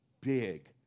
big